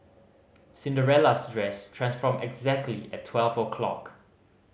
Cinderella's dress transformed exactly at twelve o' clock